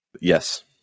Yes